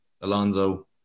Alonso